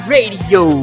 Radio